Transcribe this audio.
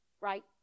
right